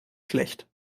schlecht